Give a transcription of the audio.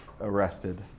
arrested